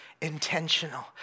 intentional